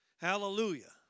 Hallelujah